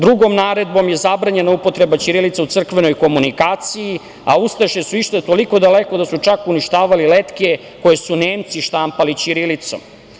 Drugom naredbom je zabranjena upotreba ćirilice u crkvenoj komunikaciji, a ustaše su išle toliko daleko da su čak uništavali letke koje su Nemci štampali ćirilicom.